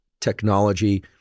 technology